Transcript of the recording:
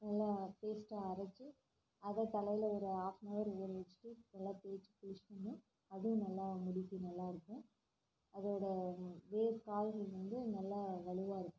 நல்லா பேஸ்ட்டாக அரைச்சி அதை தலையில் ஒரு ஆஃப்னவர் ஊற வச்சிட்டு நல்லா குளிச் குளிச்சோம்னால் அதுவும் நல்லா முடிக்கு நல்லா இருக்கும் அதோடய வேர்க்கால்கள் வந்து நல்லா வலுவாக இருக்கும்